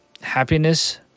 happiness